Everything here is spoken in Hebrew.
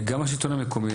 גם השלטון המקומי,